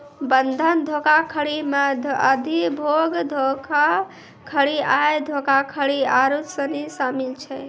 बंधक धोखाधड़ी मे अधिभोग धोखाधड़ी, आय धोखाधड़ी आरु सनी शामिल छै